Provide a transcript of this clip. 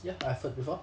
ya I've heard before